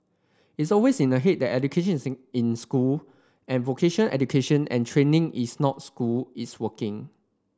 it's always in the head that educations in school and vocation education and training is not school is working